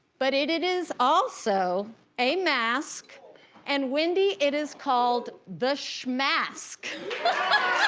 but it it is also a mask and wendy, it is called the shmask